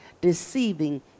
deceiving